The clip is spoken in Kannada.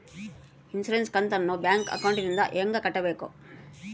ಇನ್ಸುರೆನ್ಸ್ ಕಂತನ್ನ ಬ್ಯಾಂಕ್ ಅಕೌಂಟಿಂದ ಹೆಂಗ ಕಟ್ಟಬೇಕು?